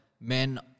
men